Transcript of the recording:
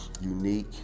unique